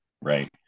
right